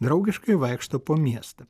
draugiškai vaikšto po miestą